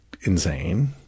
insane